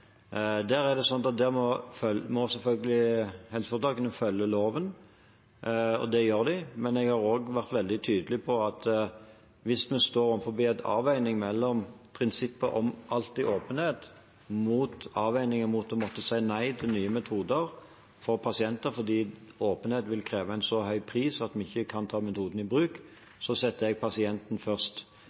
Der må selvfølgelig helseforetakene følge loven, og det gjør de. Men jeg har også vært veldig tydelig på at hvis vi står overfor en avveining mellom prinsippet om alltid åpenhet og å måtte si nei til nye metoder for pasienter fordi åpenhet vil kreve en så høy pris at vi ikke kan ta metoden i bruk, setter jeg pasienten først.